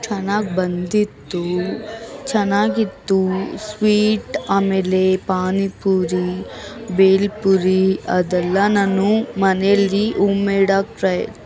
ಚೆನ್ನಾಗಿ ಬಂದಿತ್ತು ಚೆನ್ನಾಗಿತ್ತು ಸ್ವೀಟ್ ಆಮೇಲೆ ಪಾನಿಪುರಿ ಭೇಲ್ಪುರಿ ಅದೆಲ್ಲ ನಾನು ಮನೇಲಿ ಓಮ್ಮೇಡಾಗಿ ಟ್ರೈ